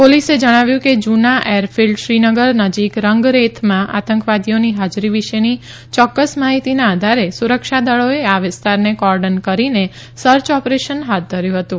પોલીસે જણાવ્યું કે જૂના એર ફિલ્ડ શ્રીનગર નજીક રંગરેથમાં આતંકવાદીઓની હાજરી વિશેની ચોક્કસ માહિતીના આધારે સુરક્ષાદળોએ આ વિસ્તારને કોર્ડન કરીને સર્ય ઓપરેશન હાથ ધર્યું હતું